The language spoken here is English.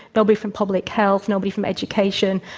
nobody from public health, nobody from education,